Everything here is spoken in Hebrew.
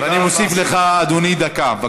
אני מוסיף לך דקה, אדוני.